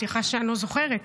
סליחה שאני לא זוכרת.